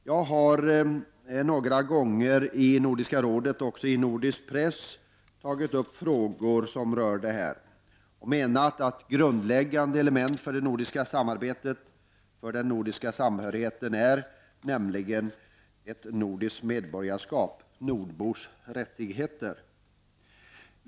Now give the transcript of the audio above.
Jag har några gånger i Nordiska rådet och även i Nordisk press tagit upp till behandling frågor som rör detta och anfört att grundläggande element för det nordiska samarbetet och den nordiska samhörigheten är ett nordiskt medborgarskap, nordbors rättigheter.